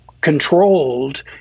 controlled